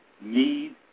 need